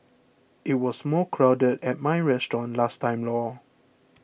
it was more crowded at my restaurant last time lor